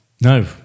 No